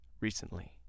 recently